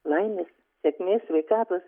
laimės sėkmės sveikatos